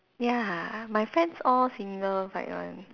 ya my friends all single right now